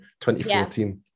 2014